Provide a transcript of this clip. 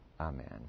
Amen